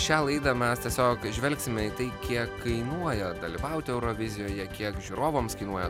šią laidą mes tiesiog žvelgsime į tai kiek kainuoja dalyvauti eurovizijoje kiek žiūrovams kainuoja